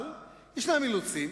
אבל יש אילוצים,